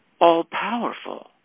all-powerful